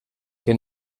que